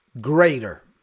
Greater